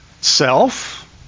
self